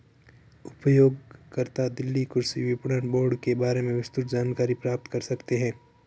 उपयोगकर्ता दिल्ली कृषि विपणन बोर्ड के बारे में विस्तृत जानकारी प्राप्त कर सकते है